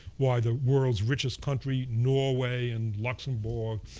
why the world's richest country, norway and luxembourg,